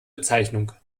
bezeichnung